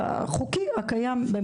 החוקי, הקיים במדינת ישראל.